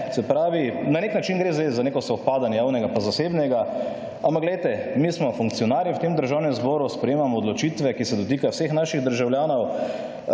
se pravi na nek način gre zdaj za neko sovpadanje javnega pa zasebnega, ampak glejte, mi smo funkcionarji v tem Državnem zboru, sprejemamo odločitve, ki se dotikajo vseh naših državljanov,